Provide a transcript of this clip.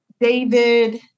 David